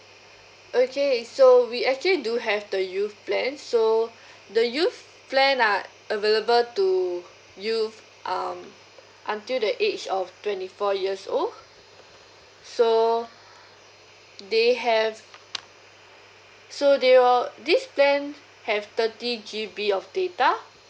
okay so we actually do have the youth plan so the youth plan are available to youth um until the age of twenty four years old so they have so they will uh this plan have thirty G_B of data